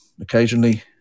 occasionally